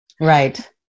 Right